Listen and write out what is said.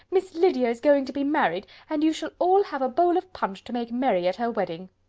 miss lydia is going to be married and you shall all have a bowl of punch to make merry at her wedding.